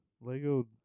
Lego